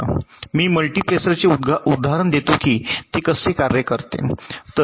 मी मल्टीप्लेसरचे उदाहरण देतो की ते कसे कार्य करते